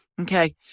Okay